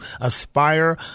aspire